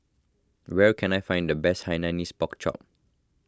where can I find the best Hainanese Pork Chop